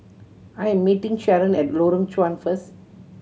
I am meeting Sharon at Lorong Chuan first